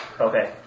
Okay